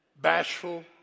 Bashful